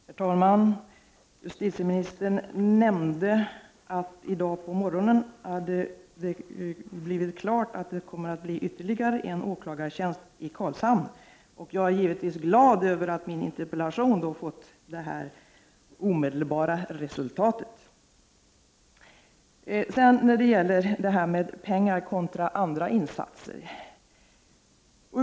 Herr talman! Justitieministern nämnde att det i dag på morgonen har blivit klart att det kommer att bli ytterligare en åklagartjänst i Karlshamn. Jag är givetvis glad över att min interpellation har fått detta omedelbara resultat. Sedan till frågan om pengar kontra andra insatser.